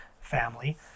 family